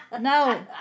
No